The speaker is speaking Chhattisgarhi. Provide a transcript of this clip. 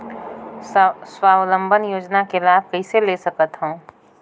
स्वावलंबन योजना के लाभ कइसे ले सकथव?